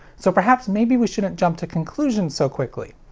so perhaps maybe we shouldn't jump to conclusions so quickly.